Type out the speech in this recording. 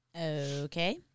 Okay